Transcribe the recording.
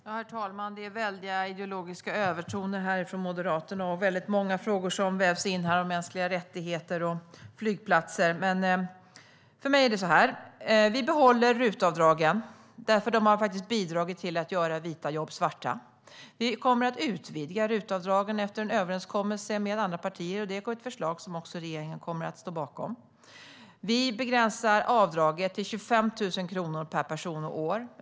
Herr talman! Det är väldiga ideologiska övertoner från Moderaterna och väldigt många frågor som vävs in här, om mänskliga rättigheter och flygplatser. Men för mig är det så här: Vi behåller RUT-avdragen, för de har faktiskt bidragit till att göra svarta jobb vita. Vi kommer att utvidga RUT-avdragen efter en överenskommelse med andra partier. Det är ett förslag som också regeringen kommer att stå bakom. Vi begränsar avdraget till 25 000 kronor per person och år.